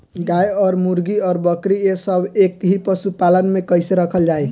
गाय और मुर्गी और बकरी ये सब के एक ही पशुपालन में कइसे रखल जाई?